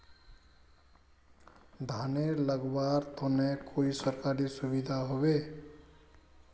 धानेर लगवार तने कोई सरकारी सुविधा होबे?